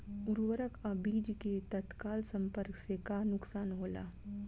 उर्वरक अ बीज के तत्काल संपर्क से का नुकसान होला?